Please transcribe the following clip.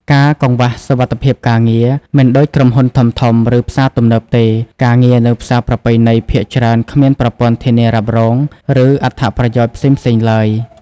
ការកង្វះសុវត្ថិភាពការងារ មិនដូចក្រុមហ៊ុនធំៗ ឬផ្សារទំនើបទេ ការងារនៅផ្សារប្រពៃណីភាគច្រើនគ្មានប្រព័ន្ធធានារ៉ាប់រង ឬអត្ថប្រយោជន៍ផ្សេងៗឡើយ។